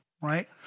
right